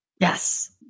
yes